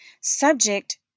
subject